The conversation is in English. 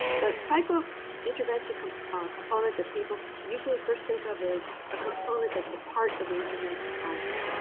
the type of intervention component that people usually first think of is a component that's a part of the intervention content.